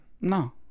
No